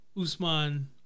Usman